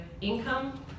income